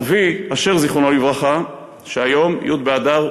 אבי אשר, זיכרונו לברכה, שהיום, י' באדר,